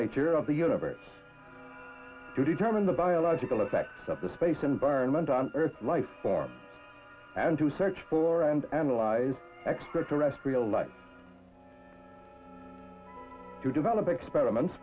nature of the universe to determine the biological effect of the space environment on earth life form and to search for and analyze extraterrestrial life to develop experiments